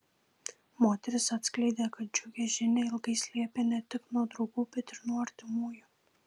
moteris atskleidė kad džiugią žinią ilgai slėpė ne tik nuo draugų bet ir nuo artimųjų